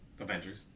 Avengers